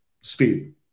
speed